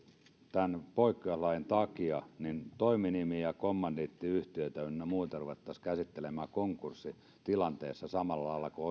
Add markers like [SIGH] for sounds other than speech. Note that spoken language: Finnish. tämän poikkeustilanteen takia toiminimiä ja kommandiittiyhtiöitä ynnä muita ruvettaisiin käsittelemään konkurssitilanteessa samalla lailla kuin [UNINTELLIGIBLE]